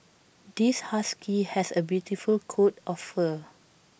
this husky has A beautiful coat of fur